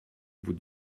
vous